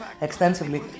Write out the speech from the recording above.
extensively